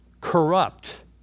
corrupt